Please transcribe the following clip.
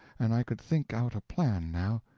and i could think out a plan now.